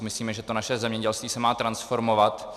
Myslíme si, že naše zemědělství se má transformovat.